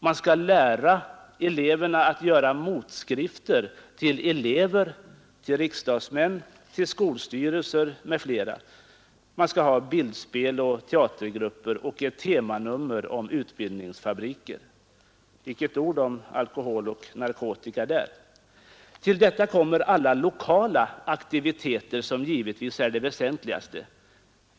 Man skall lära eleverna att göra motskrifter till elever, till riksdagsmän, till skolstyrelser m.fl. Man skall ha bildspel och teatergrupper och ett temanummer om utbildningsfabriker. Icke ett ord om alkohol och narkotika där! Till detta kommer alla lokala aktiviteter, som givetvis är de väsentligaste.